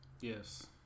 Yes